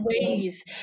ways